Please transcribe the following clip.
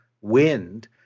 wind